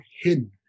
hidden